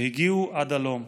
והגיעו עד הלום.